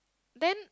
then